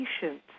patience